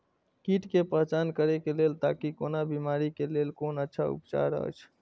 कीट के पहचान करे के लेल ताकि कोन बिमारी के लेल कोन अच्छा उपचार अछि?